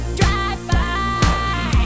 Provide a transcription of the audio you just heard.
drive-by